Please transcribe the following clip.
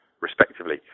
respectively